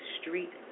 Street